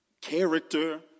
character